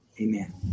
Amen